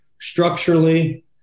structurally